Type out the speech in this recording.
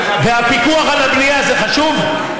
והפיקוח על הבנייה זה חשוב?